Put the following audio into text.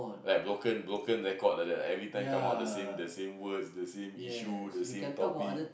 like broken broken records like that every time come out the same the same words the same issue the same topic